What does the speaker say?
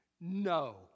No